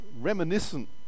reminiscent